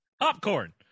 Popcorn